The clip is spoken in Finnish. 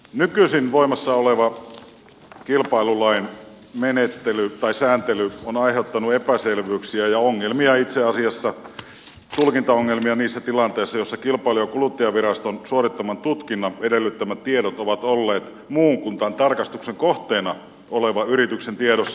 nykyisin voimassa oleva kilpailulain sääntely on aiheuttanut epäselvyyksiä ja tulkintaongelmia itse asiassa niissä tilanteissa joissa kilpailu ja kuluttajaviraston suorittaman tutkinnan edellyttämät tiedot ovat olleet muun kuin tarkastuksen kohteena olevan yrityksen tiedossa